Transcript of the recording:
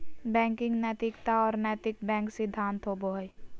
banking नैतिकता और नैतिक बैंक सिद्धांत होबो हइ